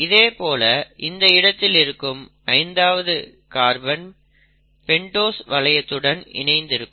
இதேபோல் இந்த இடத்தில் இருக்கும் 5 ஆவது கார்பன் பெண்டோஸ் வளையத்துடன் இணைந்திருக்கும்